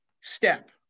step